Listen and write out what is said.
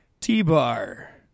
T-Bar